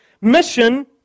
mission